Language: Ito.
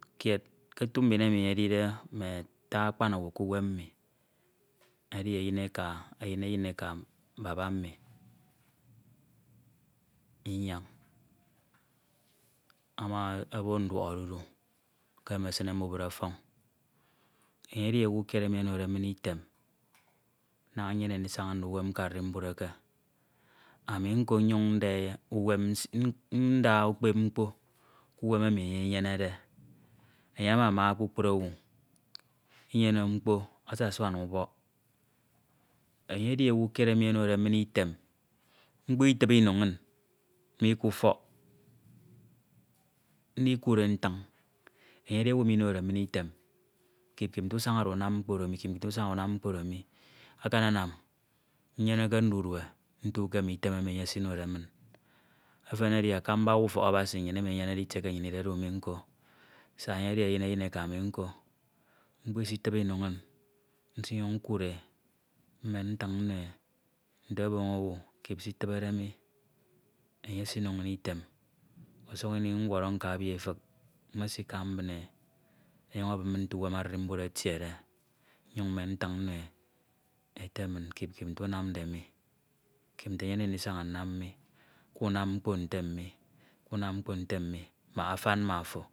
kied ke otu mbin emi edide mme ata akpan owu k'uwem mmi edi eyin, eyineka eyin eyineka baba mmi inyañ ama abo nduọkodudu ke mme esine mbubid ọfọñ enye edi owu kied emi onode min etem ami nkonyuñ nda uwem nsie nda ukpep mkpo k'uwem emi enyene. Enye amama kpukpru owu, inyene mkpo asasuan ubọk. Enye edi owu kied emi onode min item mkpo itibed ino inñ mi k'ufọk ndikude nfiñ, enye edi owu emi inode min item. kip kip nte usañde unam mkpo oro mi kip kip nte usañade unam mkpo oro mi. Amanam nnyeneke ndudue ke mme item emi enye esinode min. Eden edi akamba owu ufọk Abasi emi edide enye enyene itie emi nnyin idude mi nko siak enye edi eyin eyin eka mi nko mkpo isitibe ino inñ nsinyuñ ukuudde nmen ntiñ nno e nte oboñ owu. kip s'itibede mi, enye esino inñ item. Usuk in ñwọrọ nka ebi efik, mesika mbine e enyin ebip min nte uwem arimbud etiede, nnyin mmen ntiñ nno e ete min kip kip nte unamde mi kip nte enyemde ndisaña nnam mmi, kunam mkpo ntem mi kunam mkpo ntem mi maka afan ma ofo